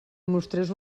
mostrés